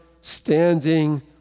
standing